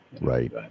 Right